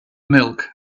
milk